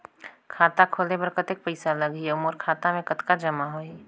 खाता खोले बर कतेक पइसा लगही? अउ मोर खाता मे कतका जमा होही?